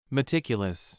Meticulous